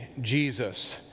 Jesus